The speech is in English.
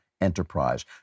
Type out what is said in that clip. enterprise